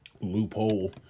loophole